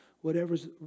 whatever's